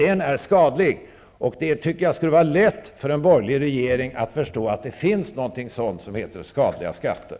Den är skadlig. Jag tycker att det skulle vara lätt för en borgerlig regering att förstå att det finns någonting som heter skadliga skatter.